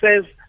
says